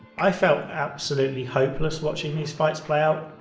i felt absolutely hopeless watching these fights play out.